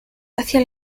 hacía